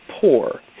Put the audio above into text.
poor